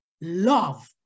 love